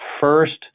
first